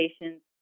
patients